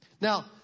Now